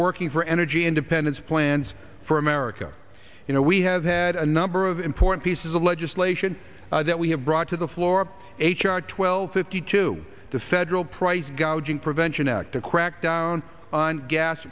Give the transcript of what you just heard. working for energy independence plans for america you know we have had a number of important pieces of legislation that we have brought to the floor h r twelve fifty two the federal price gouging prevention act to crack down on gas